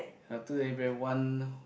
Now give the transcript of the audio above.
ah two air bag one